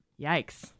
Yikes